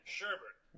Sherbert